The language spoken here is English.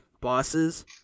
bosses